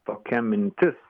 tokia mintis